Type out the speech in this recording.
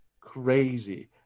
crazy